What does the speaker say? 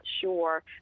sure